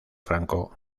franco